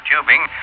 tubing